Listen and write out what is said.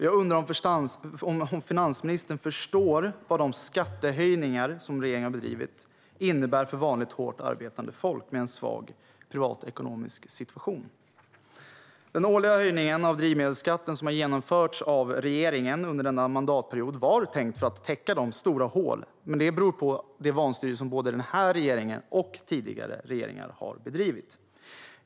Jag undrar om finansministern förstår vad de skattehöjningar som denna regering har bedrivit på landsbygden inneburit för vanligt hårt arbetande folk med en svag privatekonomisk situation. Den årliga höjning av drivmedelsskatten som genomförts av regeringen under mandatperioden var tänkt att täcka stora hål. Det beror på det vanstyre som både den här regeringen och tidigare regeringar har bedrivit.